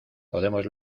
podemos